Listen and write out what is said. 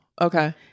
Okay